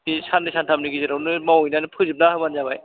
बे सान्नै सानथामनि गेजेरावनो मावहैनानै फोजोबना होबानो जाबाय